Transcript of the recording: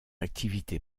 activité